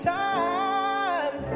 time